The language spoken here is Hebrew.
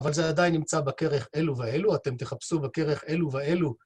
אבל זה עדיין נמצא בכרך אלו ואלו, אתם תחפשו בכרך אלו ואלו.